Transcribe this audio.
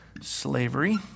slavery